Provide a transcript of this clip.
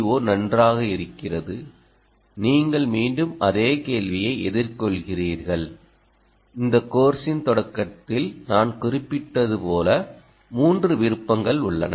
ஓ நன்றாக இருக்கிறது நீங்கள் மீண்டும் அதே கேள்வியை எதிர்கொள்கிறீர்கள் இந்த கோர்ஸின் தொடக்கத்தில் நான் குறிப்பிட்டது போல 3 விருப்பங்கள் உள்ளன